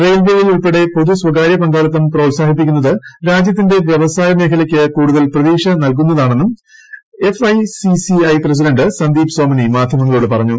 റയിൽവേയിൽ ഉൾപ്പെടെ പൊതു സ്വകാര്യ പങ്കാളിത്തം പ്രോത്സാഹിപ്പിക്കുന്നത് രാജ്യത്തിന്റെ വ്യവസായ മേഖലയ്ക്ക് കൂടുതൽ പ്രതീക്ഷ നൽകുന്നതാണെന്നും F I C C I president Sandeep Somani മാധ്യമങ്ങളോട് പറഞ്ഞു